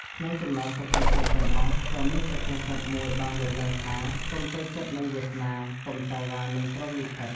ក្នុងចំណោមសុភាសិតទាំងអស់ក៏មានសុភាសិតមួយបានលើកឡើងថា កុំតូចចិត្តនឹងវាសនា កុំតវ៉ានឹងព្រហ្មលិខិត។